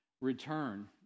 return